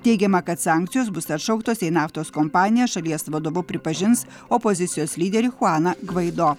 teigiama kad sankcijos bus atšauktos jei naftos kompanija šalies vadovu pripažins opozicijos lyderį chuaną gvaido